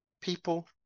People